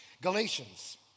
Galatians